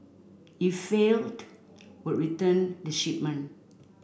if failed would return the shipment